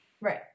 Right